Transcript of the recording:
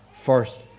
first